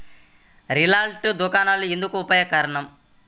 Retail దుకాణాలు ఎందుకు ఉపయోగకరం?